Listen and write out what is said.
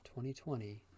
2020